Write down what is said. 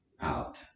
out